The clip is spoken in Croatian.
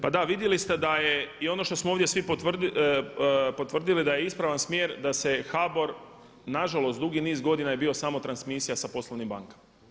Pa da vidjeli ste da je i ono što smo ovdje svi potvrdili da je ispravan smjer da se HBOR, nažalost dugi niz godina je bio samo transmisija sa poslovnim bankama.